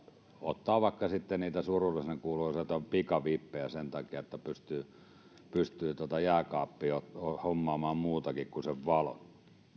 ottaa vaikka sitten niitä surullisenkuuluisia pikavippejä sen takia että pystyy jääkaappiin hommaamaan muutakin kuin sen valon